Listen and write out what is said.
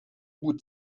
bout